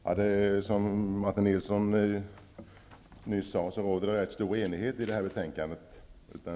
Herr talman! Som Martin Nilsson nyss sade, råder det rätt stor enighet om det här betänkandet.